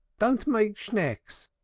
don't make schnecks,